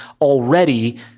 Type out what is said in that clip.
already